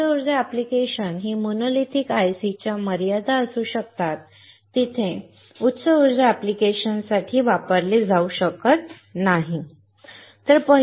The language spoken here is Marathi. तर उच्च उर्जा ऍप्लिकेशन् ही मोनोलिथिक IC च्या मर्यादा असू शकतात जिथे ते उच्च उर्जा ऍप्लिकेशन्ससाठी वापरले जाऊ शकत नाहीत